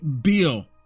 bill